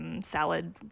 salad